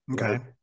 Okay